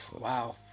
Wow